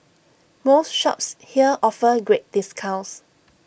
most shops here offer great discounts